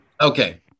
okay